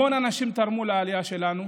המון אנשים תרמו לעלייה שלנו,